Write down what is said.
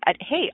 Hey